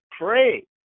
pray